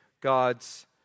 God's